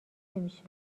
نمیشه